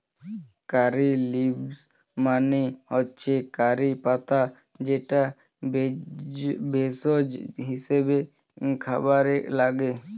কারী leaves মানে হচ্ছে curry পাতা যেটা ভেষজ হিসেবে খাবারে লাগে